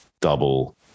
double